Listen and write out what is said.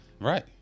right